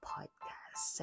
Podcast